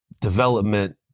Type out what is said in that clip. development